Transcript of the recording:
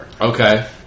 Okay